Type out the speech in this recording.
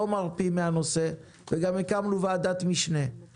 אנחנו לא מרפים מהנושא וגם הקמנו ועדת משנה לטיפול פרטני.